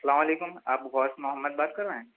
السلام علیکم آپ غوث محمد بات کر رہے ہیں